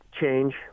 Change